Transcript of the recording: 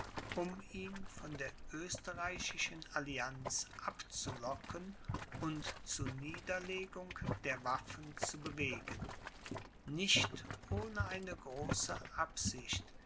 um ihn von der österreichischen allianz abzulocken und zu niederlegung der waffen zu bewegen nicht ohne eine große absicht